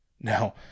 Now